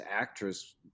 actress